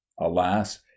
Alas